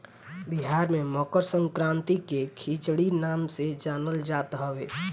बिहार में मकरसंक्रांति के खिचड़ी नाम से जानल जात हवे